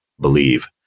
believe